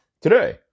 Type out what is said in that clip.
today